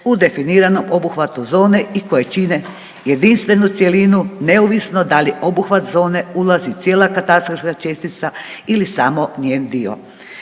u definiranom obuhvatu zone i koje čine jedinstvenu cjelinu neovisno da li obuhvat zone ulazi cijela katastarska čestica ili samo njen dio.